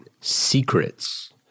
secrets